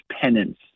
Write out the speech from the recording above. penance